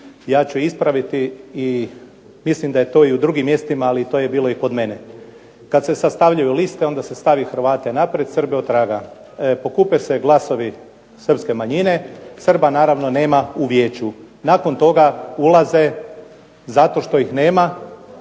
Ja ću ispraviti i mislim da je to i u drugim mjestima, ali to je bilo i kod mene. Kad se sastavljaju liste onda se stavi Hrvate naprijed, Srbe otraga. Pokupe se glasovi srpske manjine, Srba naravno nema u Vijeću. Nakon toga ulaze zato što ih nema